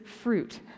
fruit